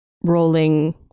rolling